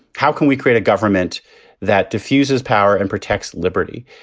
how can we create a government that diffuses power and protects liberty?